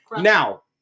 now